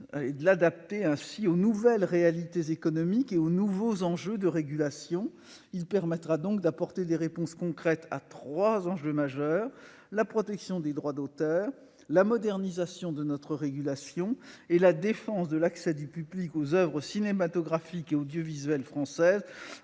loi du 30 septembre 1986 aux nouvelles réalités économiques et aux nouveaux enjeux de régulation. Il permettra d'apporter des réponses concrètes à trois enjeux essentiels : la protection des droits des auteurs, la modernisation de notre régulation et la défense de l'accès du public aux oeuvres cinématographiques et audiovisuelles françaises,